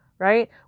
right